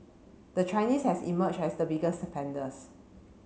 the Chinese has emerged as the biggest spenders